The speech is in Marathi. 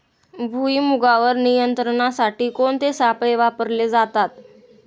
भुईमुगावर नियंत्रणासाठी कोणते सापळे वापरले जातात?